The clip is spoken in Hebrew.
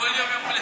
כל יום יום הולדת?